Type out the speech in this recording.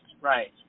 right